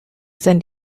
send